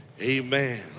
amen